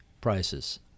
prices